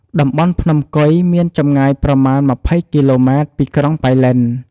តំបន់ភ្នំកុយមានចម្ងាយប្រមាណ ២០ គីឡូ ម៉ែត្រ ពីក្រុងប៉ៃលិន។